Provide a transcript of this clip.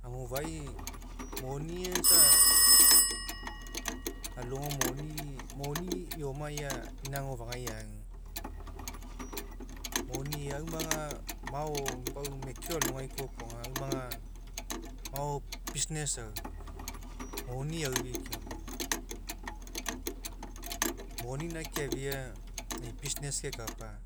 Agofa'ai moni aga isa alogo moni moni eoma ia ina agofagai agu. Moni aumaga mao pau mekeo alogai kopoga business aui, moni aui keoma. Moni gaina keafia e'i business kekapa,